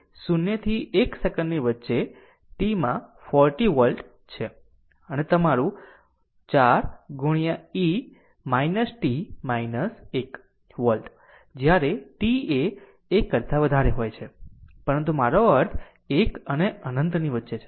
તેથી તે 0 થી 1 સેકંડની વચ્ચે t માં 4 t વોલ્ટ છે અને તમારું 4 e t 1 વોલ્ટ જ્યારે t એ 1 કરતા વધારે હોય છે પરંતુ મારો અર્થ 1 અને અનંતની વચ્ચે છે